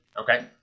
Okay